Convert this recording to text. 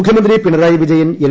മുഖ്യമന്ത്രി പിണറായി വിജയൻ എൽ